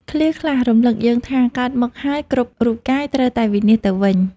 ឃ្លាខ្លះ រំលឹកយើងថា កើតមកហើយ គ្រប់រូបកាយត្រូវតែវិនាសទៅវិញ។